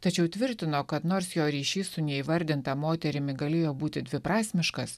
tačiau tvirtino kad nors jo ryšys su neįvardinta moterimi galėjo būti dviprasmiškas